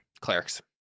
Clerics